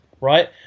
right